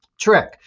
trick